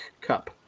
cup